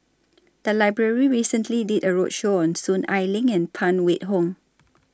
The Library recently did A roadshow on Soon Ai Ling and Phan Wait Hong